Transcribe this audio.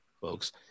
folks